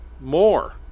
more